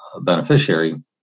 beneficiary